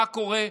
מה קורה?